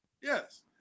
Yes